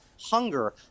hunger